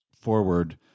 forward